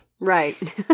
Right